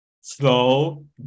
slow